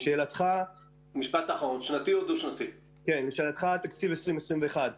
לשאלתך על תקציב 2020/2021: